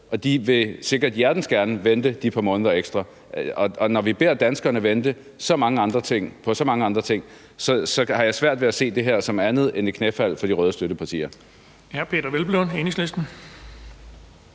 og de vil sikkert hjertens gerne vente de par måneder ekstra. Og når vi beder danskerne vente på så mange andre ting, har jeg svært ved at se det her som andet end et knæfald for de røde støttepartier.